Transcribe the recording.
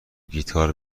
گیتار